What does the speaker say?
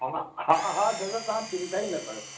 हा हा हा दादा तव्हां चिंता ई न कयो